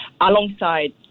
alongside